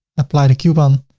apply the coupon,